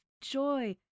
joy